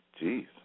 Jeez